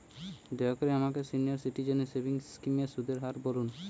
দয়া করে আমাকে সিনিয়র সিটিজেন সেভিংস স্কিমের সুদের হার বলুন